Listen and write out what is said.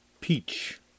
Peach